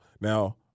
Now